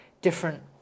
different